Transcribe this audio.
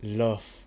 love